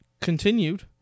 continued